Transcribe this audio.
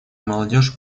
молодежь